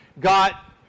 got